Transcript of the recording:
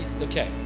Okay